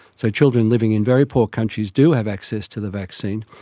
so children living in very poor countries do have access to the vaccine,